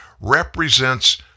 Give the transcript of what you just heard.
represents